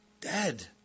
dead